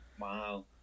Wow